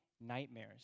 nightmares